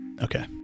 okay